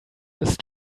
ist